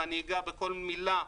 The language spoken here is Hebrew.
ואני אגע בכל מילה.